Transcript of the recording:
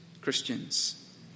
Christians